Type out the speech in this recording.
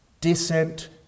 descent